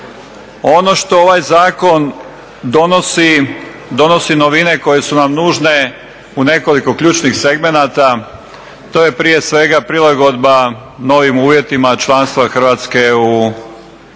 Ono što ovaj zakon donosi, donosi novine koje su nam nužne u nekoliko ključnih segmenata. To je prije svega prilagodba novim uvjetima članstva Hrvatske u